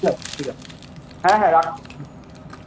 ঠিক আছে ঠিক আছে হ্যাঁ হ্যাঁ রাখ হুম হুম